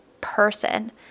person